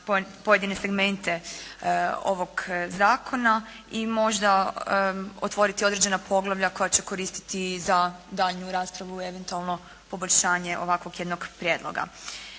pojedine segmente ovog zakona i možda otvoriti određena poglavlja koja će koristiti za daljnju raspravu, eventualno poboljšanje ovakvog jednog prijedloga.